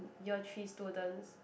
year three students